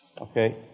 Okay